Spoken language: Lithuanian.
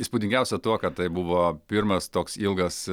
įspūdingiausia tuo kad tai buvo pirmas toks ilgas